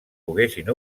poguessin